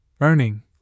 earning